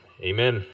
Amen